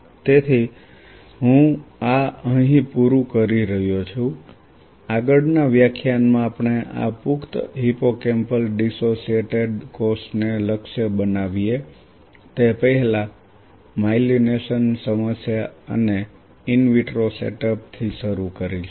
તેથી હું આ અહીં પૂરું કરી રહ્યો છું આગળના વ્યાખ્યાન માં આપણે આ પુખ્ત હિપ્પોકેમ્પલ ડિસોસિએટેડ કોષ ને લક્ષ્ય બનાવીએ તે પહેલા માયલિનેશન સમસ્યા અને ઇન વિટ્રો સેટઅપ થી શરૂ કરીશું